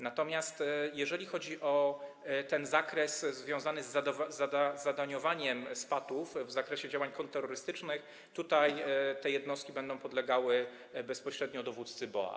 Natomiast jeżeli chodzi o ten zakres związany z zadaniowaniem SPA-tów w odniesieniu do działań kontrterrorystycznych, tutaj te jednostki będą podlegały bezpośrednio dowódcy BOA.